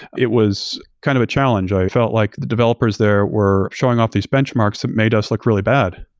it was kind of a challenge. i felt like the developers there were showing off these benchmarks that made us look really bad,